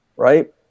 right